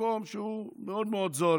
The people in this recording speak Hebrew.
מקום שהוא מאוד מאוד זול.